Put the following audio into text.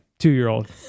two-year-old